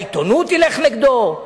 העיתונות תלך נגדו?